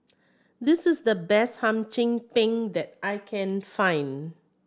this is the best Hum Chim Peng that I can find